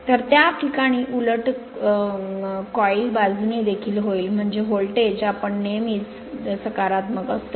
तर त्या प्रकरणात उलट इतर गुंडाळी बाजूने देखील होईल म्हणजे व्होल्टेज आपण नेहमीच सकारात्मक असतो